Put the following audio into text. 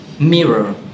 mirror